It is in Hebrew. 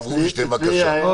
הרב רובינשטיין, בבקשה.